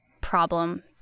problem